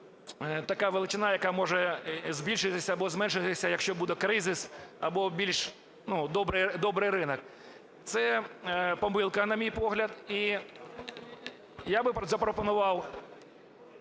така величина, яка може збільшитися або зменшитися, якщо буде криза або більш добрий ринок. Це помилка, на мій погляд.